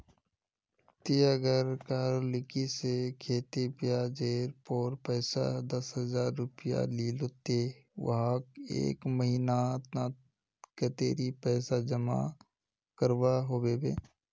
ती अगर कहारो लिकी से खेती ब्याज जेर पोर पैसा दस हजार रुपया लिलो ते वाहक एक महीना नात कतेरी पैसा जमा करवा होबे बे?